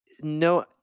No